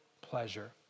pleasure